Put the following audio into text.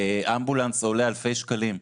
אמבולנס עולה אלפי שקלים,